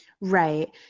Right